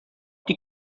die